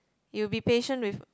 you'll be patient with